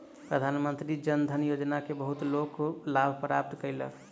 प्रधानमंत्री जन धन योजना के बहुत लोक लाभ प्राप्त कयलक